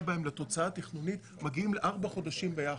בהם לתוצאה תכנונית מגיעים לארבעה חודשים ביחד,